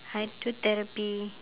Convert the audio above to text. hydrotherapy